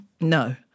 No